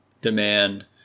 demand